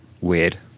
weird